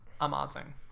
amazing